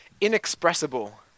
inexpressible